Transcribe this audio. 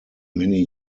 many